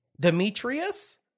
Demetrius